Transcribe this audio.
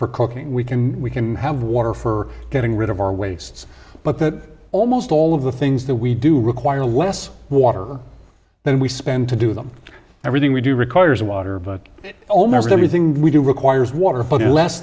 for cooking we can we can have water for getting rid of our wastes but that almost all of the things that we do require less water than we spend to do them everything we do requires water but almost everything we do requires water for the less